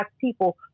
people